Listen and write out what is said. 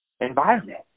environment